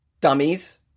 Dummies